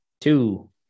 Two